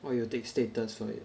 or you will take status for it